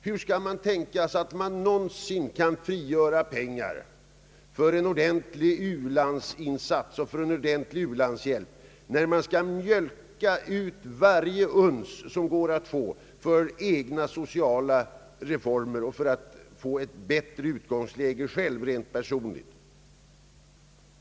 Hur skall man kunna tänka sig att någonsin frigöra pengar för en ordentlig u-landshjälp, när man skall mjölka ut varje uns som går att få för egna sociala reformer och för ett bättre utgångsläge rent personligt?